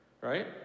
right